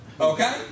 Okay